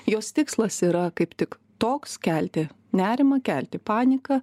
jos tikslas yra kaip tik toks kelti nerimą kelti paniką